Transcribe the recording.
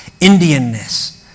Indianness